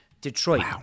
Detroit